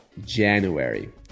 January